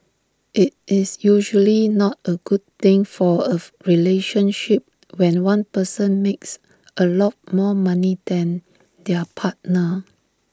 IT is usually not A good thing for of relationship when one person makes A lot more money than their partner